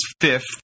fifth